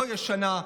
לא רשות ישנה,